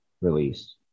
release